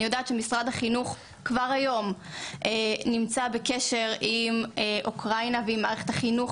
אני יודעת שמשרד החינוך כבר היום נמצא בקשר עם אוקראינה ועם מערכת החינוך